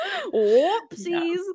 Whoopsies